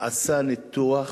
עשה ניתוח